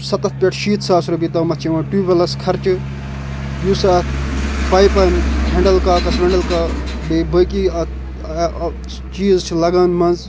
سَتَتھ پٮ۪ٹھ شیٖتھ ساس رۄپیہِ تامَتھ چھِ یِوان ٹیُوٗب وٮ۪لَس خرچہٕ یُس اَتھ پایپَن ہٮ۪نٛڈَل کاکَس ہٮ۪نٛڈَل کاک بیٚیہِ بٲقی اَتھ چیٖز چھِ لگان منٛز